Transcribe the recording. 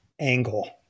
angle